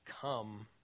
come